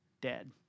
dead